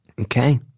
Okay